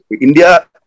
India